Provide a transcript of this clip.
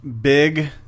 big